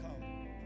Come